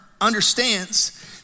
understands